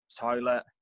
toilet